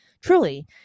truly